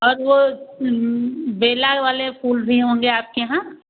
और वह बेला वाले फूल भी होंगे आपके यहाँ